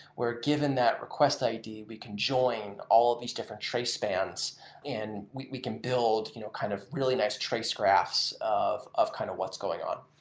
we're given that request i d, we can join all of these different trace spans and we we can build you know kind of really nice trace graphs of of kind of what's going on.